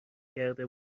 کرده